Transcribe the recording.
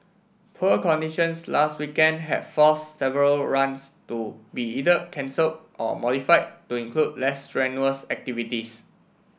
poor conditions last weekend had forced several runs to be either cancelled or modified to include less strenuous activities